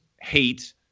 hate